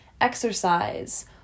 exercise